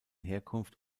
herkunft